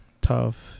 tough